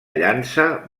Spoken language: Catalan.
llança